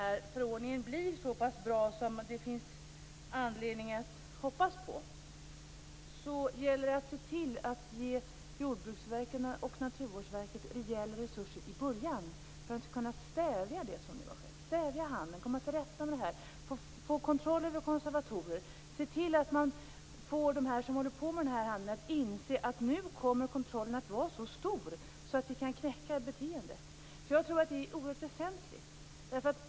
Om förordningen blir så pass bra som det finns anledning att hoppas på gäller det att se till att Jordbruksverket och Naturvårdsverket får rejäla resurser i början så att de kan stävja det som nu har skett: stävja handeln, få kontroll över konservatorer, se till att man får dem som håller på med den här handeln att inse att kontrollen nu kommer att vara så stor att vi kan knäcka beteendet och komma till rätta med det här. Jag tror att detta är oerhört väsentligt.